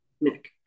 Nick